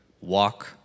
walk